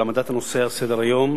על העמדת הנושא על סדר-היום.